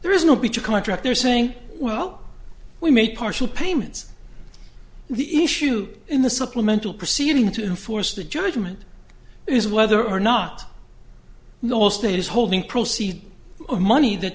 there is no breach of contract they're saying well we may partial payments the issue in the supplemental proceeding to force the judgement is whether or not no state is holding proceeds of money that